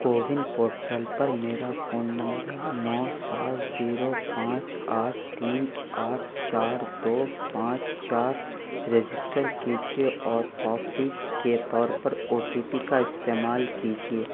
CoWIN portal پر میرا phone نمبر نو سات زیرو پانچ آٹھ تین آٹھ چار دو پانچ چار رجسٹر کیجیے اور توثیک کے طور پر او ٹی پی کا استعمال کیجیے